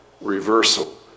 Reversal